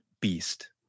beast